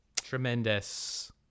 Tremendous